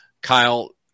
Kyle